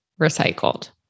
recycled